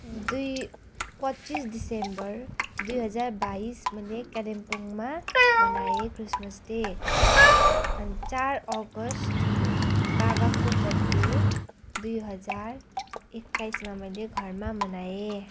दुई पच्चिस दिसम्बर दुई हजार बाइस मैले कालिम्पोङमा मनाएँ क्रिसमस डे अनि चार अगस्त बाबाको बर्थडे दुई हजार एक्काइसमा मैले घरमा मनाएँ